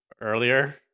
earlier